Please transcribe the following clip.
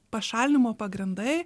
pašalinimo pagrindai